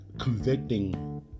convicting